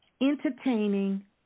entertaining